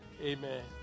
Amen